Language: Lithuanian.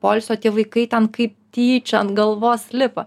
poilsio tie vaikai ten kaip tyčia ant galvos lipa